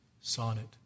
sonnet